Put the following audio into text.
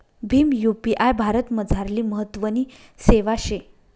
Bhim UPI भारतमझारली महत्वनी सेवा शे